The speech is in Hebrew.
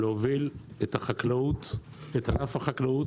להוביל את החקלאות, את ענף החקלאות